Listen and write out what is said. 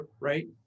right